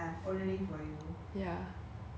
like yesterday at like at night she said that